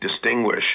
distinguish